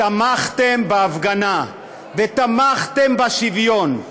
תמכתם בהפגנה ותמכתם בשוויון.